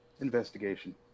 Investigation